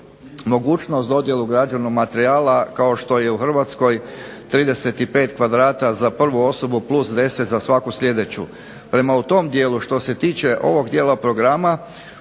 mogućnost dodjelu građevnog materijala, kao što je u Hrvatskoj 35 kvadrata za prvu osobu, plus 10 za svaku sljedeću. Prema tom dijelu što se tiče ovog dijela programa,